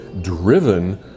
driven